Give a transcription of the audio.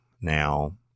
Now